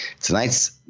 tonight's